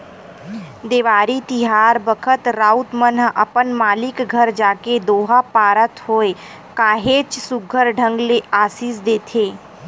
देवारी तिहार बखत राउत मन ह अपन मालिक घर जाके दोहा पारत होय काहेच सुग्घर ढंग ले असीस देथे